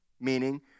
meaning